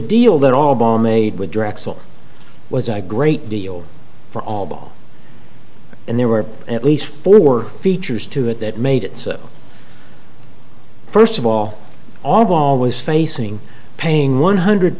deal that all bow made with drexel was a great deal for all and there were at least four features to it that made it so first of all all of all was facing paying one hundred